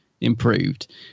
improved